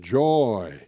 joy